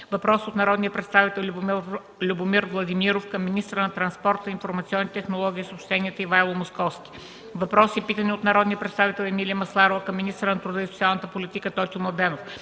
въпрос от народния представител Любомир Владимиров към министъра на транспорта, информационните технологии и съобщенията Ивайло Московски; - въпрос и питане от народния представител Емилия Масларова към министъра на труда и социалната политика Тотю Младенов;